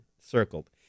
circled